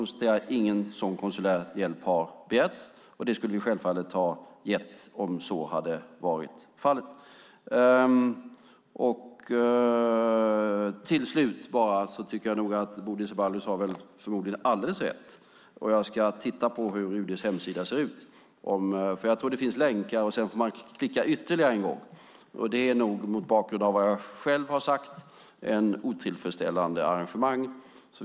Jag konstaterar att ingen sådan konsulär hjälp har begärts. Det skulle vi självfallet ha gett om så hade varit fallet. Till slut har Bodil Ceballos förmodligen alldeles rätt. Jag ska titta på hur UD:s hemsida ser ut. Jag tror att det finns länkar, och sedan får man klicka ytterligare en gång. Mot bakgrund av vad jag själv har sagt är det nog ett otillfredsställande arrangemang.